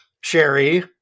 Sherry